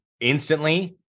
instantly